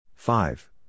Five